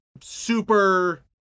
super